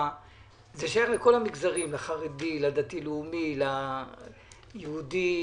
שייך לכל המגזרים: לחרדי, לדתי-לאומי, ליהודי,